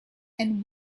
and